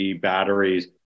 batteries